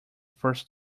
first